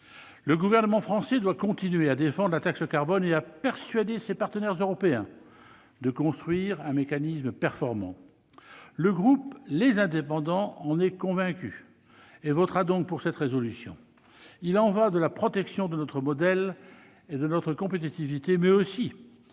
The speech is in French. Le gouvernement français doit continuer à défendre la taxe carbone et à persuader ses partenaires européens de construire un mécanisme performant. Le groupe Les Indépendants en est convaincu et votera donc cette proposition de résolution. Il y va de la protection de notre modèle et de notre compétitivité, mais aussi